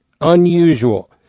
unusual